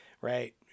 right